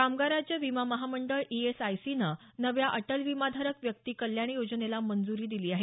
कामगार राज्य विमा महामंडळ ई एस आय सीनं नव्या अटल विमाधारक व्यक्ती कल्याण योजनेला मंजूरी दिली आहे